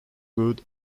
good